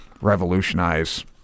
revolutionize